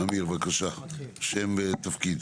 עמיר, בבקשה שם ותפקיד.